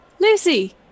Lucy